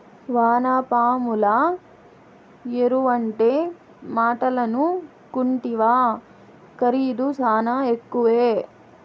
వానపాముల ఎరువంటే మాటలనుకుంటివా ఖరీదు శానా ఎక్కువే